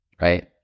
right